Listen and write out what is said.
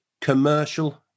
commercial